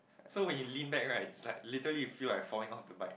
so when you lean back right it's like literally you feel like you're falling off the bike